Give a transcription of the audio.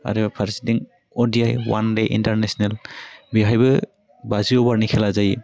आरो फारसेथिं अदिआइ अवानदे इन्टारनेसनेल बेहायबो बाजि अभारनि खेला जायो